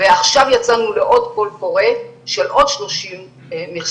ועכשיו יצאנו לעוד קול קורא של עוד 30 מכסות.